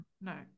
no